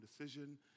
decision